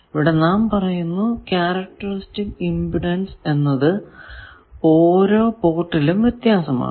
ഇവിടെ നാം പറയുന്നു ക്യാരക്റ്ററിസ്റ്റിക് ഇമ്പിഡൻസ് എന്നത് ഓരോ പോർട്ടിലും വ്യത്യസ്തമാണ്